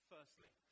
Firstly